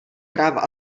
práva